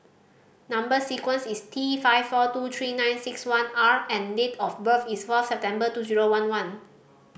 number sequence is T five four two three nine six one R and date of birth is fourth September two zero one one